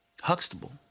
Huxtable